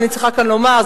אני צריכה כאן לומר,